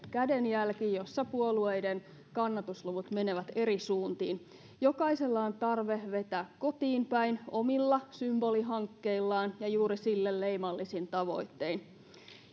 kädenjälki jossa puolueiden kannatusluvut menevät eri suuntiin jokaisella on tarve vetää kotiinpäin omilla symbolihankkeillaan ja juuri sille puolueelle leimallisin tavoittein